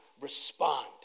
respond